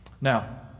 Now